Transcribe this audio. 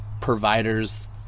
providers